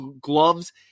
gloves